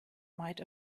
might